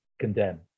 condemn